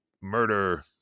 murder